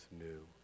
new